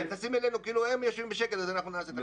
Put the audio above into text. מתייחסים אלינו כאילו הם יושבים בשקט ואנחנו נעשה.